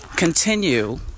Continue